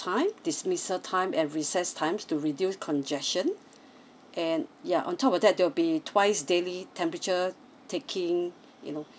time dismissal time and recess times to reduce congestion and yeah on top of that there will be twice daily temperature taking you know